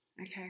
Okay